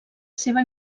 seva